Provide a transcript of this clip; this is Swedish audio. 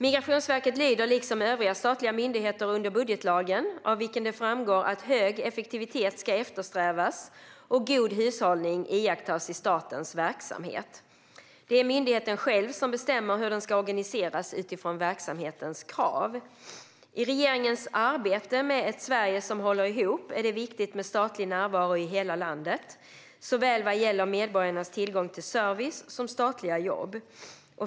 Migrationsverket lyder liksom övriga statliga myndigheter under budgetlagen, av vilken det framgår att hög effektivitet ska eftersträvas och god hushållning iakttas i statens verksamhet. Det är myndigheten själv som bestämmer hur den ska organiseras utifrån verksamhetens krav. I regeringens arbete med ett Sverige som håller ihop är det viktigt med statlig närvaro i hela landet vad gäller såväl medborgarnas tillgång till service som statliga jobb.